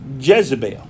Jezebel